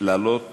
לעלות